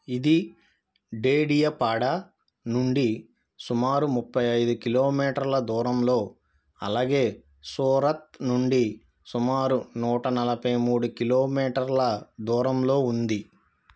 ఇది డేడియపాడా నుండి సుమారు ముప్పై ఐదు కిలోమీటర్ల దూరంలో అలాగే సూరత్ నుండి సుమారు నూట నలభై మూడు కిలోమీటర్ల దూరంలో ఉంది